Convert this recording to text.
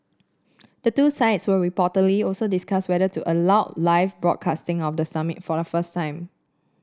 the two sides will reportedly also discuss whether to allow live broadcasting of the summit for the first time